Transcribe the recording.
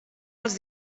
els